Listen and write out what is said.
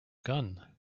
gun